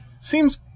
seems